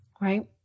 right